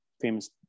famous